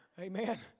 Amen